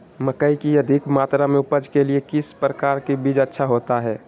मकई की अधिक मात्रा में उपज के लिए किस प्रकार की बीज अच्छा होता है?